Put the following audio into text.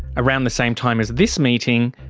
around the same time as this meeting,